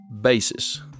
basis